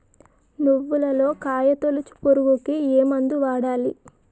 నువ్వులలో కాయ తోలుచు పురుగుకి ఏ మందు వాడాలి?